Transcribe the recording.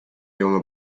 junge